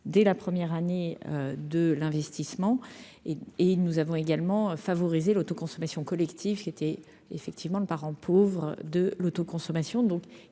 dès la première année de l'investissement et ils nous avons également favoriser l'autoconsommation collective qui était effectivement le parent pauvre de l'autoconsommation,